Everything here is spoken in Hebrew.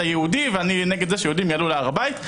יהודי ואני נגד זה שיהודים יעלו להר הבית.